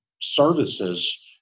services